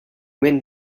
went